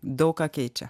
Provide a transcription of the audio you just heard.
daug ką keičia